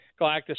Galactus